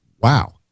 wow